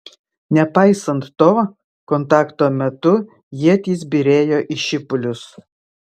nepaisant to kontakto metu ietys byrėjo į šipulius